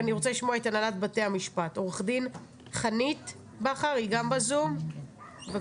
את הנהלת בתי המשפט, עו"ד חנית בכר, בבקשה.